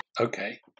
Okay